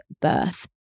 birth